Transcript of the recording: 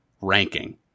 ranking